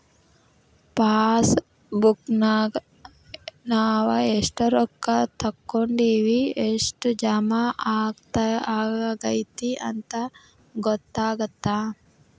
ಪಾಸಬುಕ್ನ್ಯಾಗ ನಾವ ಎಷ್ಟ ರೊಕ್ಕಾ ತೊಕ್ಕೊಂಡಿವಿ ಎಷ್ಟ್ ಜಮಾ ಆಗೈತಿ ಅಂತ ಗೊತ್ತಾಗತ್ತ